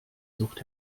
sucht